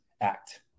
act